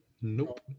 Nope